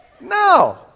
No